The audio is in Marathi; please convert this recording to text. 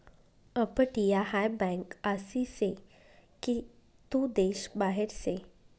अपटीया हाय बँक आसी से की तू देश बाहेर से